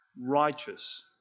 righteous